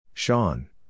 Sean